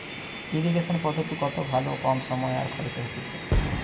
irrigation পদ্ধতি কত ভালো কম সময় আর খরচে হতিছে